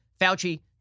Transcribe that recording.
Fauci